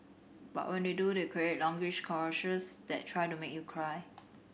but when they do they create longish commercials that try to make you cry